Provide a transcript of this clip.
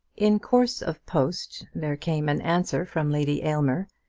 in course of post there came an answer from lady aylmer,